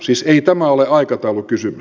siis ei tämä ole aikataulukysymys